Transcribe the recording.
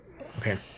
Okay